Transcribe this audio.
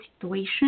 situation